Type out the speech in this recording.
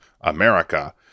America